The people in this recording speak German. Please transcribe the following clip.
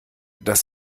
das